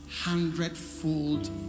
hundredfold